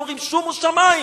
היו אומרים: שומו שמים.